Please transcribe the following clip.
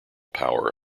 power